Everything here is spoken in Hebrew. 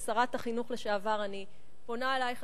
כשרת החינוך לשעבר אני פונה אלייך,